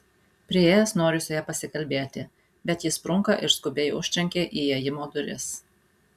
priėjęs noriu su ja pasikalbėti bet ji sprunka ir skubiai užtrenkia įėjimo duris